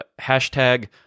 hashtag